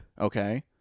okay